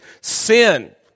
sin